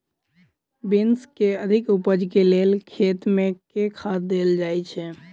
Beans केँ अधिक उपज केँ लेल खेत मे केँ खाद देल जाए छैय?